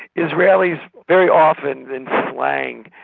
israelis very often, in slang,